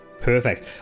Perfect